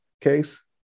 case